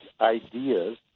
ideas